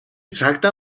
цагдаа